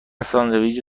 ساندویچ